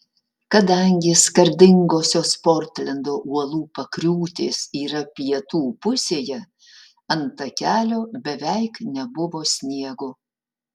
kadangi skardingosios portlendo uolų pakriūtės yra pietų pusėje ant takelio beveik nebuvo sniego